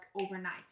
overnight